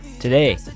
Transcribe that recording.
Today